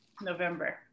November